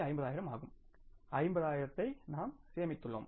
5 ஆகும் 50 ஆயிரத்தை சேமித்துள்ளோம்